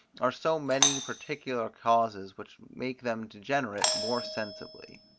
are so many particular causes which make them degenerate more sensibly.